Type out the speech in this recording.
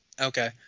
Okay